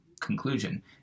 conclusion